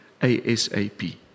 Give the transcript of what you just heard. ASAP